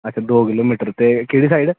अच्छा दो किलोमीटर ते केह्ड़ी साइड